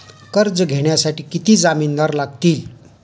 कर्ज घेण्यासाठी किती जामिनदार लागतील?